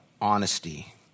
honesty